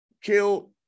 killed